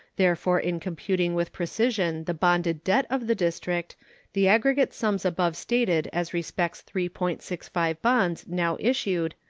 therefore in computing with precision the bonded debt of the district the aggregate sums above stated as respects three point six five bonds now issued,